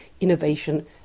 Innovation